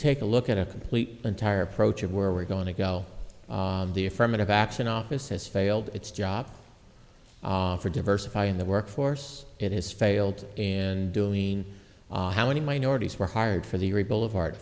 take a look at a complete entire approach of where we're going to go the affirmative action office has failed its job for diversify in the workforce it has failed and doing how many minorities were hired for the rebuild of art